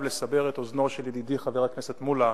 לסבר את אוזנו של ידידי חבר הכנסת מולה,